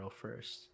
first